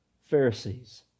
Pharisees